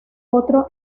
otro